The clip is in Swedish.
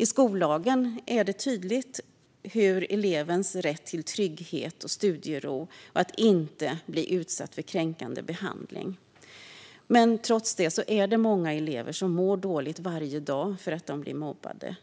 I skollagen tydliggörs elevens rätt till trygghet och studiero och att inte bli utsatt för kränkande behandling. Trots det mår många elever dåligt varje dag för att de blir mobbade.